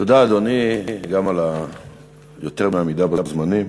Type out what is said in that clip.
תודה, אדוני, גם על היותר-מעמידה בזמנים.